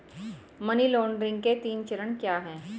Money laundering के तीन चरण क्या हैं?